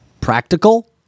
practical